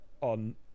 on